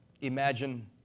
Imagine